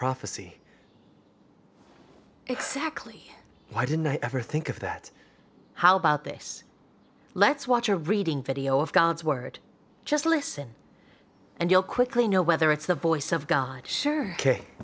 prophecy exactly why didn't i ever think of that how about this let's watch a reading video of god's word just listen and you'll quickly know whether it's the voice of god sure ok